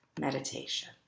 meditation